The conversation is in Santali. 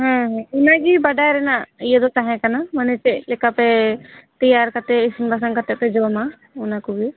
ᱦᱮᱸ ᱚᱱᱟ ᱜᱮ ᱵᱟᱰᱟᱭ ᱨᱮᱱᱟᱜ ᱤᱭᱟᱹ ᱫᱚ ᱛᱟᱦᱮᱸ ᱠᱟᱱᱟ ᱢᱟᱱᱮ ᱪᱮᱫ ᱞᱮᱠᱟ ᱯᱮ ᱛᱮᱭᱟᱨ ᱠᱟᱛᱮ ᱤᱥᱤᱱ ᱵᱟᱥᱟᱝ ᱠᱟᱛᱮ ᱯᱮ ᱡᱚᱢᱟ ᱚᱱᱟ ᱠᱚᱜᱮ